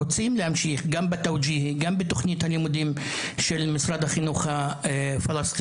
רוצים להמשיך גם בתכנית הלימודים של משרד החינוך הפלסטיני,